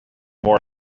more